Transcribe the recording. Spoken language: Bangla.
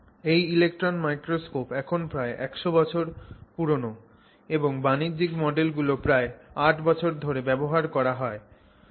এই ইলেক্ট্রন মাইক্রোস্কোপ এখন প্রায় 100 বছর পুরনো এবং বাণিজ্যিক মডেল গুলো প্রায় 8 বছর ধরে ব্যবহার করা হচ্ছে